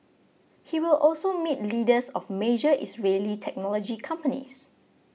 he will also meet leaders of major Israeli technology companies